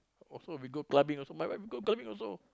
also we go clubbing also my wife go clubbing also